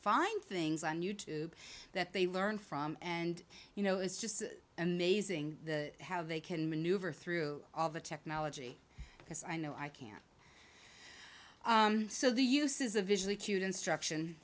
find things on you tube that they learn from and you know it's just amazing the have they can maneuver through all the technology because i know i can so the use is a visually cute instruction